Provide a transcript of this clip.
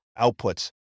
outputs